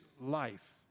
life